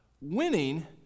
Winning